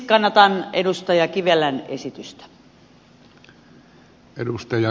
kannatan edustaja kivelän esitystä